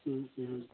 ও ও